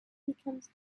becomes